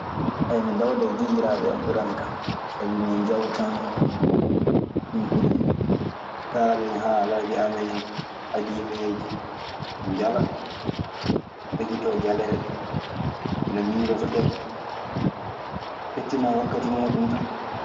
mi dawda e giƴƴiraaɓe an ɓuranikan, sabi min njawtan. Ɗun ɓuri. Kaalen haalaaji amen adiimeeji, njala, pekkitoo jaleeɗe. Ana miijoo ko ƴaɓɓi. Ɓettinan wakkati muuɗun tan.